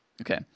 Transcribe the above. Okay